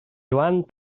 joan